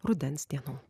rudens dienų